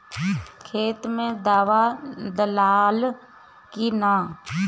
खेत मे दावा दालाल कि न?